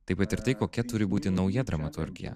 taip pat ir tai kokia turi būti nauja dramaturgija